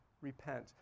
Repent